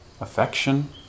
affection